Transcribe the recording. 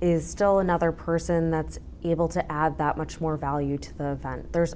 is still a another person that's able to add that much more value to the fun there's